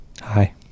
hi